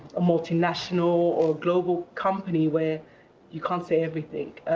a multinational or global company where you can't say everything.